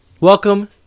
welcome